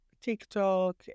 tiktok